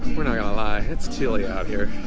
we're not gonna lie, it's chilly out here